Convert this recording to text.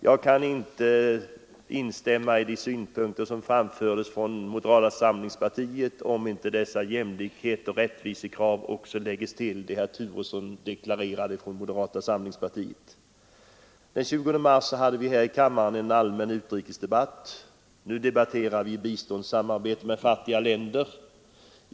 Jag kan inte instämma i de synpunkter som här framförts från moderata samlingspartiet, såvida inte dessa jämlikhetsoch rättvisekrav också läggs till vad herr Turesson deklarerade från moderata samlingspartiet. Den 20 mars i år hade vi här i kammaren en allmän utrikesdebatt, och nu debatterar vi biståndssamarbetet med fattiga länder.